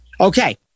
okay